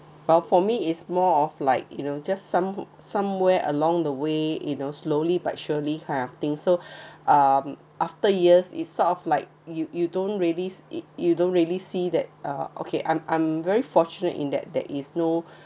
but for me is more of like you know just some somewhere along the way you know slowly but surely kind of thing so um after years is sort of like you you don't really it you don't really see that uh okay I'm I'm very fortunate in that that is no